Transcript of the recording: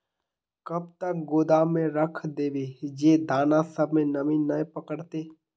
कब तक गोदाम में रख देबे जे दाना सब में नमी नय पकड़ते?